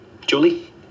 Julie